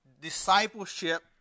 discipleship